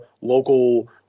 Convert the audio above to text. local